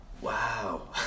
wow